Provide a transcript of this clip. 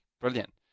brilliant